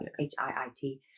H-I-I-T